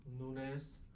Nunes